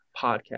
podcast